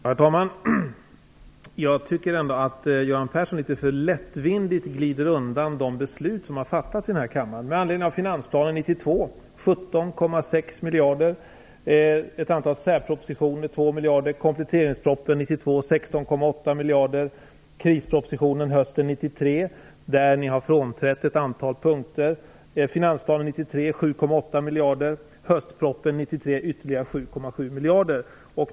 Herr talman! Jag tycker ändå att Göran Persson litet för lättvindigt glider undan de beslut som har fattats i denna kammare. Krispropositionen hösten 1993, där ni har frånträtt ett antal punkter. Finansplanen 1993: 7,8 miljarder. Höstpropositionen 1993: ytterligare 7,7 miljarder.